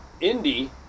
Indy